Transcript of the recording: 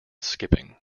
skipping